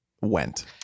went